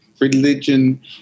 religion